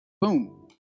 boom